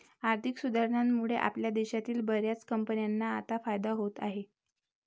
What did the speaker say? आर्थिक सुधारणांमुळे आपल्या देशातील बर्याच कंपन्यांना आता फायदा होत आहे